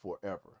forever